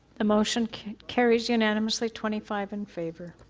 the motion carres unanimously twenty five in favor.